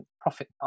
profit